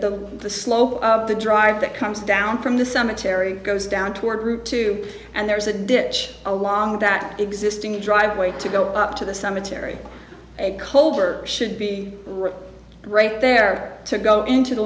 that the slope of the drive that comes down from the cemetery goes down toward route two and there's a ditch along that existing driveway to go up to the cemetery colver should be right there to go into the